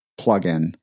plugin